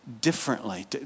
Differently